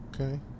Okay